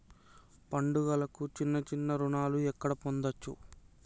పండుగలకు చిన్న చిన్న రుణాలు ఎక్కడ పొందచ్చు?